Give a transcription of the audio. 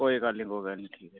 कोई गल्ल नेईं कोई गल्ल नेईं ठीक ऐ